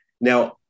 Now